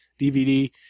dvd